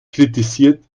kritisiert